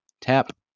tap